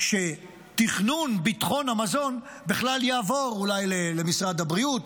שתכנון ביטחון המזון בכלל יעבור אולי למשרד הבריאות,